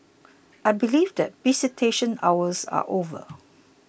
I believe that visitation hours are over